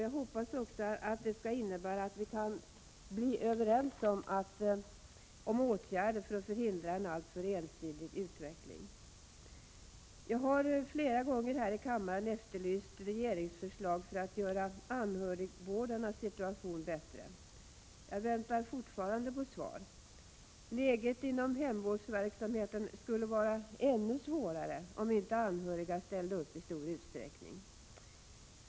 Jag hoppas också att det skall innebära att vi kan bli överens om åtgärder för att förhindra en alltför ensidig utveckling. Jag har flera gånger här i kammaren efterlyst regeringsförslag för att göra anhörigvårdarnas situation bättre. Jag väntar fortfarande på svar. Läget inom hemvårdsverksamheten skulle vara ännu svårare om inte anhöriga ställde upp i stor utsträckning.